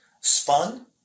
spun